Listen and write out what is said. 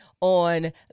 on